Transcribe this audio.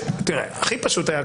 הכי פשוט היה,